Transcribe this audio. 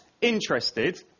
interested